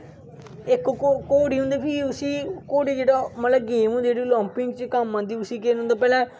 इक घोड़ी होंदी फिह् उसी घोड़े जेहड़ा मतलब गेम होंदी जेहड़ी आलॅपिंक च कम्म आंदी उसी केह् करना होंदा पैहलें